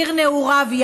עיר נעוריו,